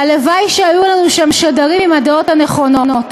הלוואי שהיו לנו שם שדרים עם הדעות הנכונות.